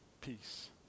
peace